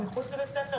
מחוץ לבית ספר,